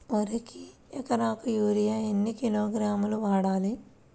వరికి ఎకరాకు యూరియా ఎన్ని కిలోగ్రాములు వాడాలి?